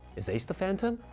is ace the phantom,